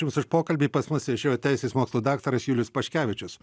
jums už pokalbį pas mus išėjo teisės mokslų daktaras julius paškevičius